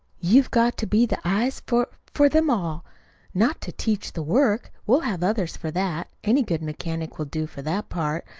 you've got to be the eyes for for them all not to teach the work we'll have others for that. any good mechanic will do for that part.